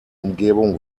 umgebung